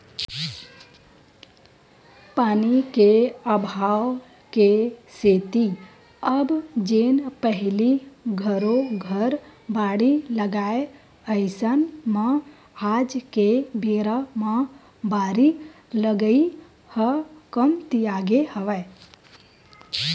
पानी के अभाव के सेती अब जेन पहिली घरो घर बाड़ी लगाय अइसन म आज के बेरा म बारी लगई ह कमतियागे हवय